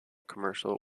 commercial